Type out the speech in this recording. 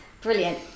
Brilliant